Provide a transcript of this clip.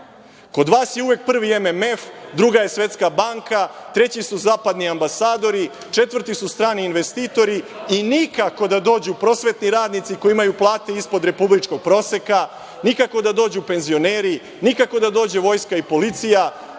Kod vas je uvek prvi MMF, druga je Svetska banka, treći su zapadni ambasadori, četvrti su strani investitori i nikako da dođu prosvetni radnici koji imaju plate ispod republičkog proseka, nikako da dođu penzioneri, nikako da dođe vojska i policija.